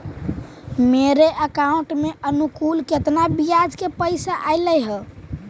मेरे अकाउंट में अनुकुल केतना बियाज के पैसा अलैयहे?